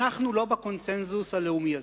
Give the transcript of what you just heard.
אנחנו לא בקונסנזוס הלאומי הזה.